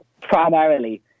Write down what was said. primarily